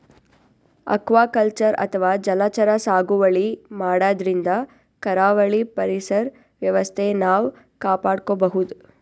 aquaculture ಅಥವಾ ಜಲಚರ ಸಾಗುವಳಿ ಮಾಡದ್ರಿನ್ದ ಕರಾವಳಿ ಪರಿಸರ್ ವ್ಯವಸ್ಥೆ ನಾವ್ ಕಾಪಾಡ್ಕೊಬಹುದ್